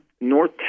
North